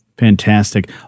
Fantastic